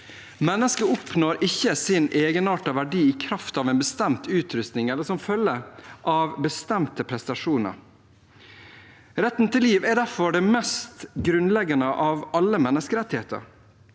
Mennesker oppnår ikke sin egenart og verdi i kraft av en bestemt utrustning eller som følge av bestemte prestasjoner. Retten til liv er derfor den mest grunnleggende av alle menneskerettigheter.